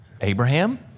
Abraham